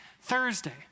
Thursday